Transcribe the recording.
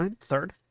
Third